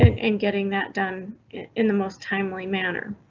and getting that done in the most timely manner.